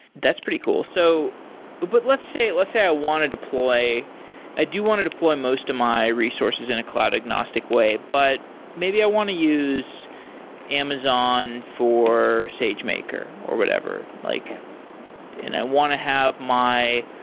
that's pretty cool. so but let's say let's say i want to deploy i do want to deploy most of my resources in a cloud agnostic way, but maybe i want to use amazon for sagemaker, or whatever. like and i want to have my